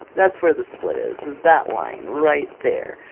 that's where the split is, is that line right there.